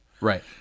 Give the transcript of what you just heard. Right